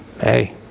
hey